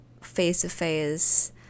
face-to-face